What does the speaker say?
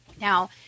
Now